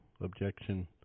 objection